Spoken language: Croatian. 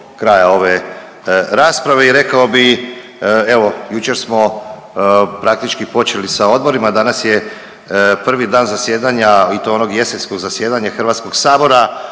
kraja ove rasprave i rekao bih, evo, jučer smo praktički počeli sa odborima, a danas je prvi dan zasjedanja i to onog jesenskog zasjedanja HS-a i hrvatska